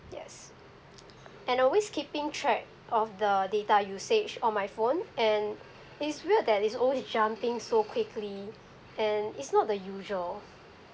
yes and always keeping track of the data usage on my phone and it's weird that it's always jumping so quickly and it's not the usual